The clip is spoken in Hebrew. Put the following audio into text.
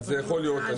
יכול להיות,